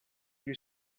you